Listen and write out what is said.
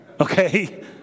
Okay